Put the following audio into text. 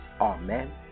Amen